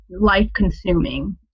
life-consuming